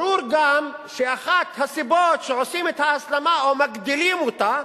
ברור גם שאחת הסיבות שעושים את ההסלמה או מגדילים אותה,